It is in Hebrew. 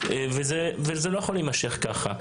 זה לא יכול להימשך ככה.